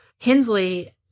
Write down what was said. Hensley